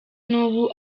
nubu